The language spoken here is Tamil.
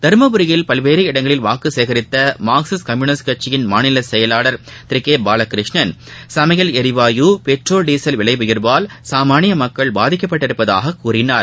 தர்மபுரியில் பல்வேறு இடங்களில் வாக்கு சேகரித்த மார்க்சிஸ்ட் கம்யூனிஸ்ட் கட்சி மாநில செயவாளர் திரு கே பாலகிருஷ்ணன் சனமயல் எரிவாயு பெட்ரோல் டீசல் விலை உயர்வால் சாமானிய மக்கள் பாதிக்கப்பட்டுள்ளதாக கூறினார்